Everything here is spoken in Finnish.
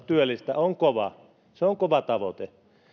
työllistä on kova se on kova tavoite